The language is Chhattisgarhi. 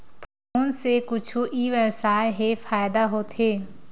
फोन से कुछु ई व्यवसाय हे फ़ायदा होथे?